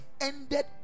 ended